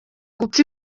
gupfa